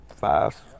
five